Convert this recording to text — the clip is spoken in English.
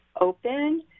open